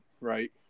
right